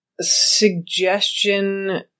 suggestion